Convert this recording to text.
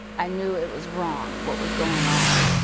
i knew it was wrong what was going on.